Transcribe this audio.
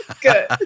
Good